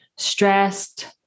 Stressed